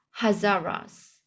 Hazaras